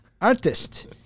artist